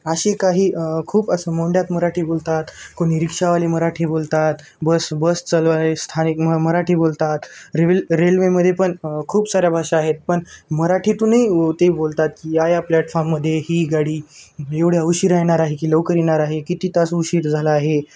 अशी काही खूप असं मोंड्यात मराठी बोलतात कोणी रिक्षावाले मराठी बोलतात बस बस चालवाले स्थानिक म मराठी बोलतात रेवेल रेल्वेमध्ये पण खूप साऱ्या भाषा आहेत पण मराठीतूनही ते बोलतात की या या प्लॅटफॉर्ममध्ये ही गाडी एवढ्या उशीरा येणार आहे की लवकर येणार आहे किती तास उशीर झाला आहे